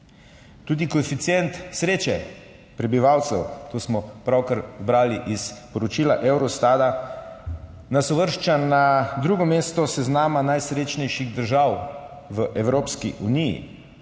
tudi koeficient sreče prebivalcev, to smo pravkar brali iz poročila Eurostata, nas uvršča na drugo mesto seznama najsrečnejših držav v Evropski uniji,